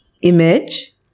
image